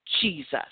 Jesus